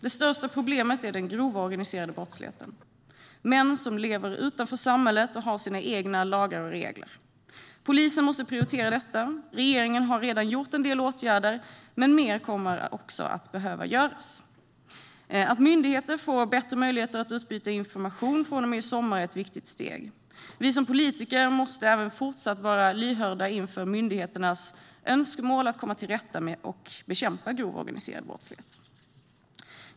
Det största problemet är den grova organiserade brottsligheten, med män som lever utanför samhället och har sina egna lagar och regler. Polisen måste prioritera detta. Regeringen har redan vidtagit en del åtgärder, men mer kommer att behöva göras. Att myndigheter får bättre möjligheter att utbyta information från och med i sommar är ett viktigt steg. Vi politiker måste även fortsatt vara lyhörda inför myndigheternas önskemål för att komma till rätta med och bekämpa grov organiserad brottslighet.